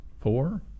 four